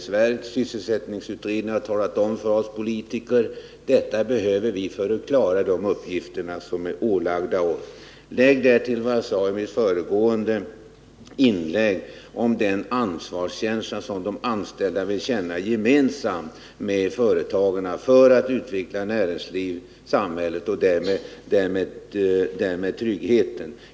Sysselsättningsutredningen har talat om för oss politiker vad arbetsmarknadsverket behöver för att klara de uppgifter som ålagts ämbetsverket. Lägg därtill vad jag sade i mitt föregående inlägg om den ansvarskänsla som de anställda vill känna gemensamt med företaget för att kunna utveckla näringslivet, samhället och därmed tryggheten.